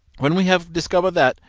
when we have discover that,